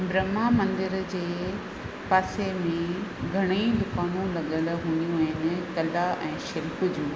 ब्रह्मा मंदर जे पासे में घणेई दुकानूं लॻियलु हूंदियूं आहिनि कला ऐं शिल्प जूं